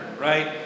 right